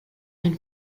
une